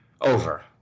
over